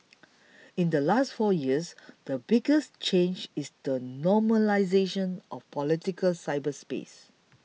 in the last four years the biggest change is the normalisation of political cyberspace